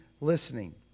listening